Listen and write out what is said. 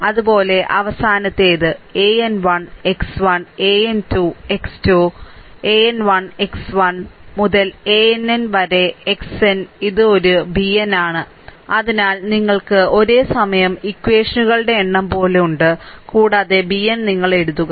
അതുപോലെ അവസാനത്തേത് an 1 x 1 an 2 x 2 ക്ഷമിക്കണം an 1 x 1 an 2 x 2 മുതൽ ann വരെ xn ഇത് ഒരു bn ആണ് അതിനാൽ നിങ്ങൾക്ക് ഒരേസമയം ഇക്വഷനുകളുടെ എണ്ണം പോലും ഉണ്ട് കൂടാതെ bn നിങ്ങൾ എഴുതുക